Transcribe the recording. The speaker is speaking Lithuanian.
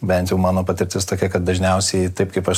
bent jau mano patirtis tokia kad dažniausiai taip kaip aš